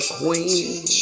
queen